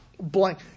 blank